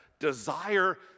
Desire